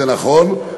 זה נכון,